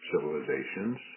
civilizations